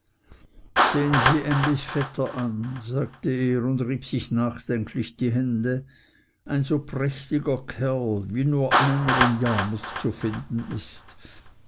sehen sie emlys vetter an sagte er und rieb sich nachdenklich die hände ein so prächtiger kerl wie nur einer in yarmouth zu finden ist